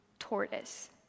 tortoise